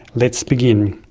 let's begin.